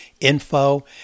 info